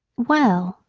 well,